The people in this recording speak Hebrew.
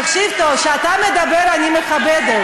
תקשיב טוב, כשאתה מדבר אני מכבדת.